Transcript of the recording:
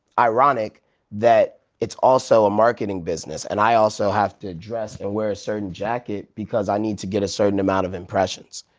ironic that it's also a marketing business. and i also have to dress and wear a certain jacket, because i need to get a certain amount of impressions.